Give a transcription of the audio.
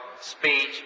Speech